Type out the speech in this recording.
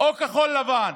או כחול לבן.